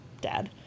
dad